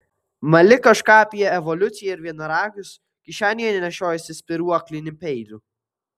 mali kažką apie evoliuciją ir vienaragius kišenėje nešiojiesi spyruoklinį peilį